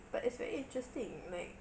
but it's very interesting like